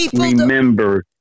remember